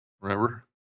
Remember